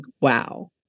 wow